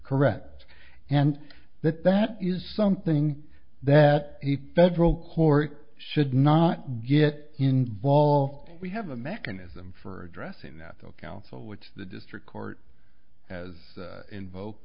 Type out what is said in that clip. correct and that that is something that a federal court should not get involved we have a mechanism for addressing that all council which the district court has invoke